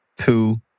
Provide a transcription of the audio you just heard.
Two